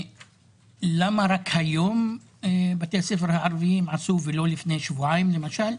למה רק היום בתי הספר הערבים עשו ולא לפני שבועיים למשל?